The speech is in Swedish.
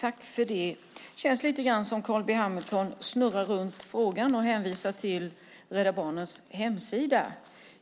Fru talman! Det känns lite grann som om Carl B Hamilton snurrar runt frågan och bara hänvisar till Rädda Barnens hemsida.